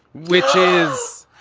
which is